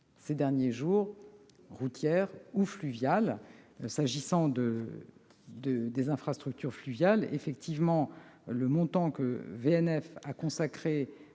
dernière -, routières ou fluviales. S'agissant des infrastructures fluviales, effectivement, le montant que VNF a consacré